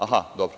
Aha, dobro.